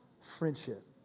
friendship